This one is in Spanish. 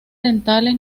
dentales